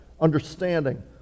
understanding